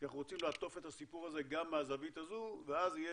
כי אנחנו רוצים לעטוף את הסיפור הזה גם מהזווית הזו ואז יהיה